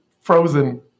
frozen